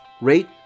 Rate